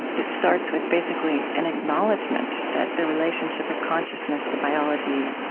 that starts with basically an acknowledgement that the relationship of consciousness to biology,